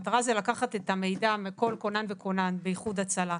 המטרה זה לקחת את המידע מכל כונן וכונן באיחוד הצלה,